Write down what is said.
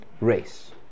race